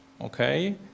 okay